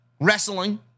Wrestling